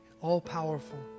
all-powerful